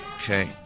Okay